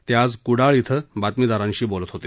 ते आज कुडाळ इथं बातमीदारांशी बोलत होते